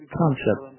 concept